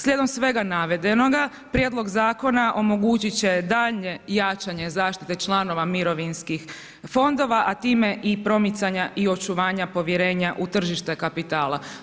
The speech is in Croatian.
Slijedom svega navedenoga, prijedlog zakona omogućit će daljnje jačanje zaštite članova mirovinskih fondova a time i promicanja i očuvanja povjerenja u tržište kapitala.